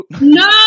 No